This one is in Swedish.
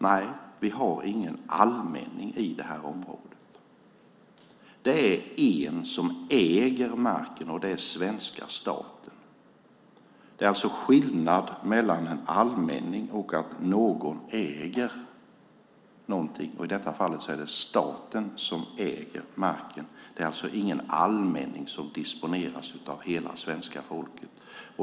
Nej, vi har ingen allmänning i det här området. Det är en som äger marken, och det är svenska staten. Det är alltså skillnad mellan en allmänning och att någon äger någonting, och i detta fall är det staten som äger marken. Det är alltså ingen allmänning som disponeras av hela svenska folket.